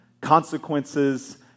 consequences